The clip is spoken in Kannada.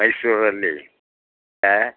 ಮೈಸೂರಲ್ಲಿ ಹಾಂ